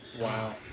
Wow